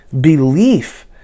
Belief